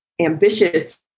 ambitious